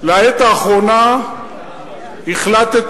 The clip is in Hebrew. לעת האחרונה החלטתם,